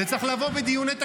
זה צריך לבוא בדיוני תקציב.